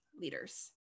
leaders